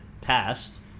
passed